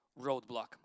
roadblock